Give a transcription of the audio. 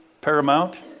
paramount